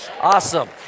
awesome